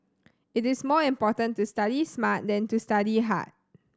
it is more important to study smart than to study hard